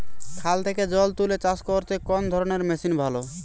খাল থেকে জল তুলে চাষ করতে কোন ধরনের মেশিন ভালো?